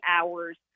hours